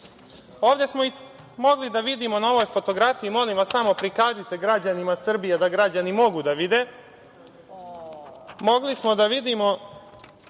Ovde smo mogli da vidimo na ovoj fotografiji, molim vas, samo prikažite građanima Srbije, da građani mogu da vide, mogli smo da vidimo